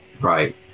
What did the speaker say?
Right